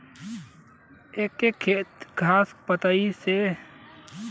एके खेत के बेकार घास पतई से सभ निकाल देवल जाला